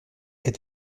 est